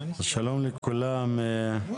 שלום לכולם, אני